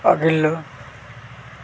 अघिल्लो